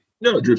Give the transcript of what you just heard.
No